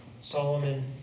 Solomon